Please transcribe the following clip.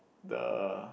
the